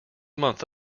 month